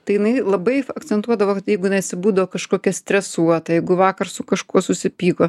tai jinai labai akcentuodavo kad jeigu inai būdavo kažkokia stresuota jeigu vakar su kažkuo susipyko